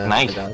Nice